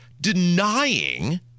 denying